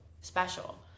special